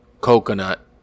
coconut